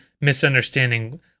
misunderstanding